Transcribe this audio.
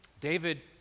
David